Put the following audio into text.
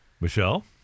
Michelle